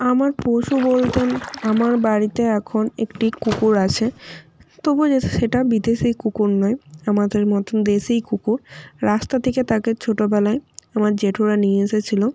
আমার পশু বলতে আমার বাড়িতে এখন একটি কুকুর আছে তবু যে সেটা বিদেশি কুকুর নয় আমাদের মতোন দেশি কুকুর রাস্তা থেকে তাকে ছোটোবেলায় আমার জেঠুরা নিয়ে এসেছিলো